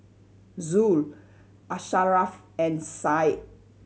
Zul Asharaff and Syah